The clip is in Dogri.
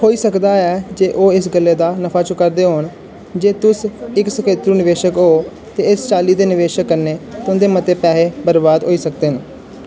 होई सकदा ऐ जे ओह् इस गल्लै दा नफा चुक्का'रदे होन जे तुस इक सखेतरू निवेशक ओ ते इस चाल्ली दे निवेशें कन्नै तुं'दे मते पैहे बरबाद होई सकदे न